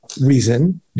reason